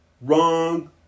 wrong